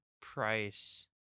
price